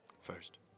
First